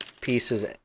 Pieces